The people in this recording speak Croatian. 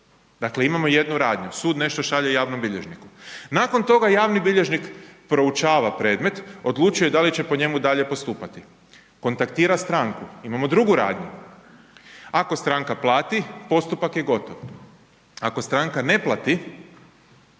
dakle imamo jednu radnju, sud nešto šalje javnom bilježniku, nakon toga javni bilježnik proučava predmet, odlučuje da li će po njemu dalje postupati, kontaktira stranku. Imamo drugu radnju, ako stranka plati, postupak je gotovo, ako stranka ne plati,